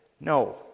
No